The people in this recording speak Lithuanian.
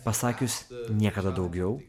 pasakius niekada daugiau